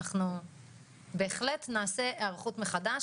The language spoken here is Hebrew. אנחנו בהחלט נעשה הערכות מחדש,